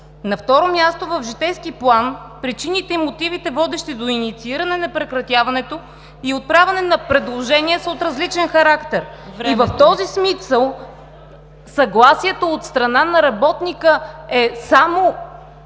На второ място, в житейски план причините и мотивите, водещи до иницииране на прекратяването и отправяне на предложения, са от различен характер и в този смисъл съгласието от страна на работника е само